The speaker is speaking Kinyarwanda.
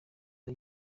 iyi